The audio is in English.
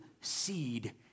seed